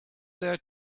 there